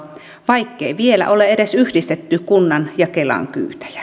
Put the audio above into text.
vaikkei vielä edes ole yhdistetty kunnan ja kelan kyytejä